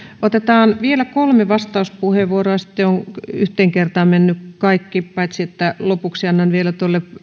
otetaan vielä kolme vastauspuheenvuoroa ja sitten ovat yhteen kertaan menneet kaikki paitsi että lopuksi annan vielä